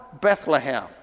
Bethlehem